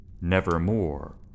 nevermore